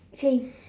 same